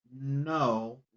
No